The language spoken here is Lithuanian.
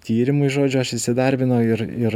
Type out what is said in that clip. tyrimai žodžiu aš įsidarbinau ir ir